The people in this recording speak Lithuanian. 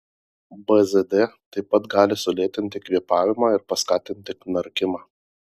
bzd taip pat gali sulėtinti kvėpavimą ir paskatinti knarkimą